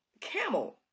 camel